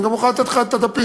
אני גם מוכן לתת לך את הדפים.